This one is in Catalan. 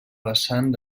vessant